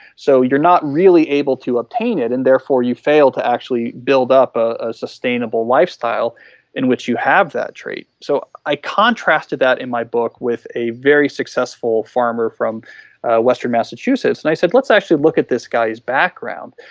so, you are not really able to obtain it and therefore you fail to actually build up a sustainable lifestyle in which you have that trait. so, i contrast to that in my book with a very successful farmer from western massachusetts. and i said let's actually look at this guy's background.